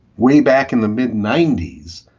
way back in the mid ninety s.